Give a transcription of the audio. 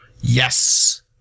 Yes